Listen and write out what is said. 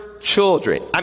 children